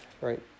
right